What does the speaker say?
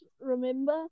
remember